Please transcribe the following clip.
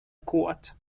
court